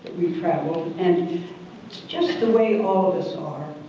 we traveled. and just just the way all of us are.